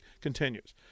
continues